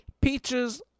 Peaches